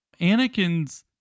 Anakin's